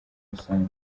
rusange